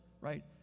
right